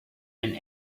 and